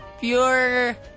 Pure